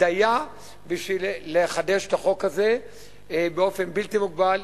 די בה כדי לחדש את החוק הזה באופן בלתי מוגבל,